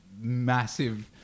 massive